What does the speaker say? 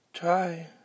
Try